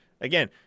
again